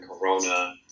Corona